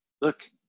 look